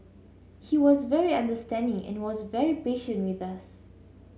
he was very understanding and was very patient with us